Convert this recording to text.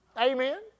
Amen